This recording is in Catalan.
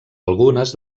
algunes